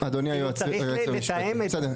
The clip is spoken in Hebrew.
צריך לתאם את זה״.